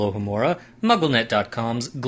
Mugglenet.com's